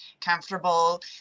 comfortable